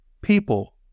people